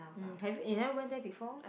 um have you never went there before